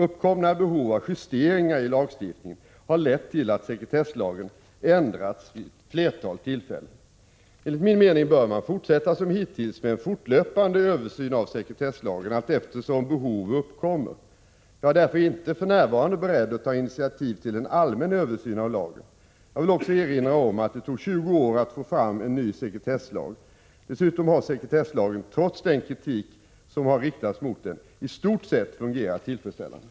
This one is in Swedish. Uppkomna behov av justeringar i lagstiftningen har lett till att sekretesslagen ändrats vid ett flertal tillfällen. Enligt min mening bör man fortsätta som hittills med en fortlöpande översyn av sekretesslagen allteftersom behov uppkommer. Jag är därför inte för närvarande beredd att ta initiativ till en allmän översyn av lagen. Jag vill också erinra om att det tog 20 år att få fram en ny sekretesslag. Dessutom har sekretesslagen, trots den kritik som har riktats mot den, i stort sett fungerat tillfredsställande.